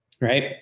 Right